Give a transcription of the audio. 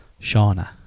Shauna